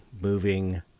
moving